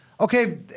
Okay